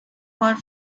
hot